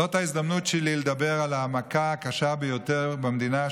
זו ההזדמנות שלי לדבר על המכה הקשה ביותר במדינה,